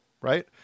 right